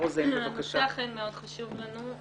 הנושא אכן מאוד חשוב לנו.